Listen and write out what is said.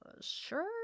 sure